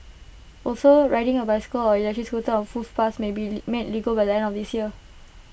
also riding A bicycle or electric scooter on footpaths may be made legal by the end of this year